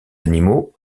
animaux